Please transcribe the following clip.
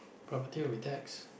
property will be tax